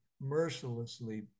mercilessly